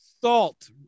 Salt